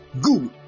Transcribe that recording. Good